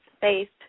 faith